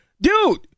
Dude